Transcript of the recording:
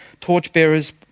Torchbearers